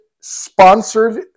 sponsored